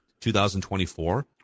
2024